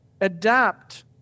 adapt